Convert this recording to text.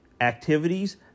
Activities